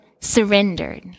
surrendered